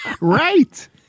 Right